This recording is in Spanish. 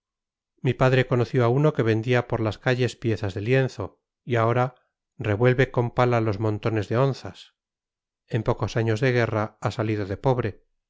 mi padre conoció a uno que vendía por las calles piezas de lienzo y ahora revuelve con pala los montones de onzas en pocos años de guerra ha salido de pobre